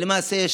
יש